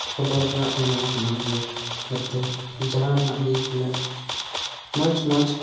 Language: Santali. ᱠᱷᱚᱵᱚᱨ ᱨᱮᱱᱟᱜ ᱫᱚ ᱱᱚᱣᱟ ᱠᱟᱱᱟ ᱡᱮ ᱡᱟᱛᱮ ᱡᱟᱦᱟᱱᱟᱜ ᱜᱮ ᱵᱚᱞᱮ ᱢᱚᱡᱽ ᱢᱚᱡᱽ